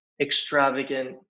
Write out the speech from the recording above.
extravagant